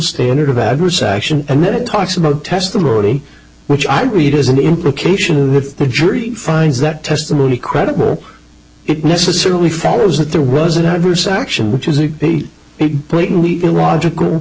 standard of adverse action and then it talks about testimony which i read as an implication to the jury finds that testimony credible it necessarily follows that there was an adverse action which is a big plat